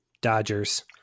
Dodger's